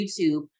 YouTube